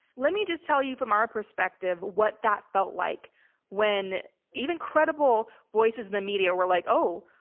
let me just tell you from our perspective what that felt like when even credible voices in the media were like, oh,